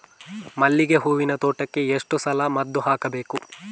ಮಲ್ಲಿಗೆ ಹೂವಿನ ತೋಟಕ್ಕೆ ಎಷ್ಟು ಸಲ ಮದ್ದು ಹಾಕಬೇಕು?